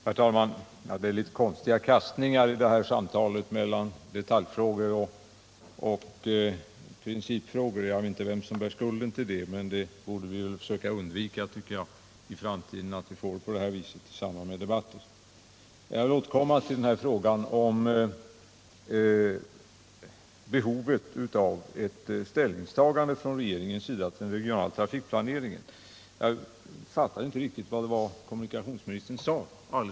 Herr talman! Det blir i detta samtal litet underliga kastningar mellan detaljspörsmål och principfrågor. Jag är inte den som bär skulden till det, och jag tycker att vi i framtiden borde försöka undvika en sådan ordning i debatter av detta slag. Jag vill återkomma till frågan om behovet av ett ställningstagande från regeringen till den regionala trafikplaneringen. Jag fattade inte riktigt vad kommunikationsministern sade alldeles nyss.